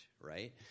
right